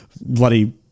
bloody